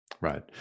Right